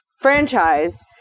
franchise